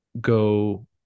go